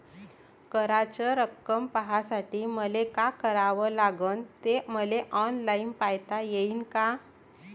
कराच रक्कम पाहासाठी मले का करावं लागन, ते मले ऑनलाईन पायता येईन का?